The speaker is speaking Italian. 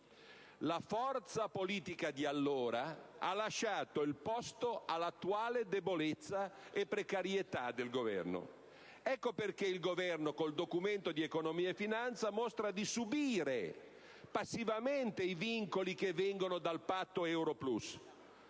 La forza politica di allora ha lasciato il posto all'attuale debolezza e precarietà del Governo: ecco perché il Governo, con il Documento di economia e finanza, mostra di subire passivamente i vincoli che vengono dal Patto euro plus;